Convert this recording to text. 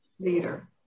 leader